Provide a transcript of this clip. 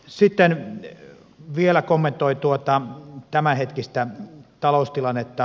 sitten vielä kommentoin tämänhetkistä taloustilannetta